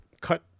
cut